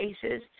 cases